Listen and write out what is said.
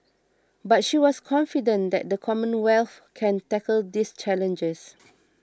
but she was confident that the Commonwealth can tackle these challenges